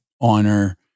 honor